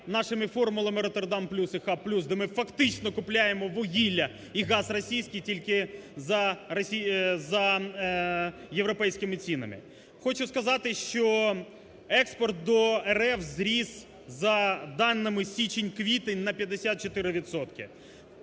нашими формулами "Роттердам плюс" і "хаб плюс", де ми фактично купляємо вугілля і газ російський тільки за європейськими цінами. Хочу сказати, до експорт до РФ зріс за даними січень-квітень на 54